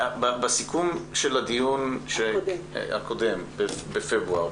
בסיכום של הדיון הקודם בפברואר,